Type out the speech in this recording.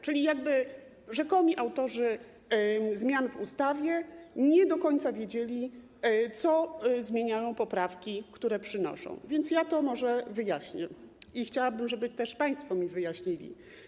Czyli jakby rzekomi autorzy zmian w ustawie nie do końca wiedzieli, co zmieniają poprawki, które przynoszą, więc może wyjaśnię i chciałabym, żeby też państwo mi wyjaśnili.